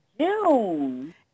June